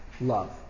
love